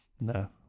No